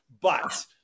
but-